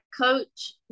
coach